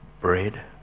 bread